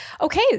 okay